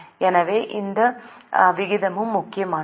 எனவே இந்த விகிதமும் முக்கியமானது